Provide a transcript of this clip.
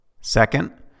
Second